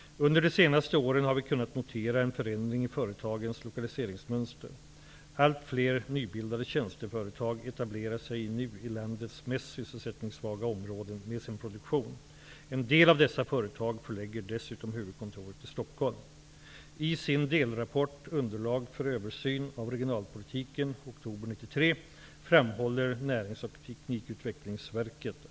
Under de senaste åren har vi kunnat notera en förändring i företagens lokaliseringsmönster. Allt fler nybildade tjänsteföretag etablerar sig nu i landets mest sysselsättningssvaga områden med sin produktion. En del av dessa företag förlägger dessutom huvudkontoret till Stockholm.